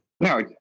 No